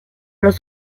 los